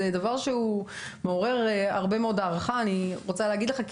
זה דבר שהוא מאוד מעורר הערכה ואני חייבת להגיד לך את זה.